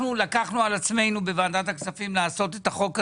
אנחנו לקחנו על עצמנו בוועדת הכספים לעשות את החוק הזה,